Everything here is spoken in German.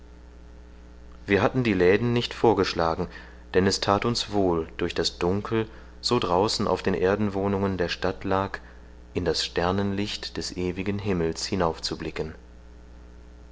wir hatten die läden nicht vorgeschlagen denn es that uns wohl durch das dunkel so draußen auf den erdenwohnungen der stadt lag in das sternenlicht des ewigen himmels